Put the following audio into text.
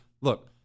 look –